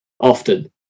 Often